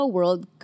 World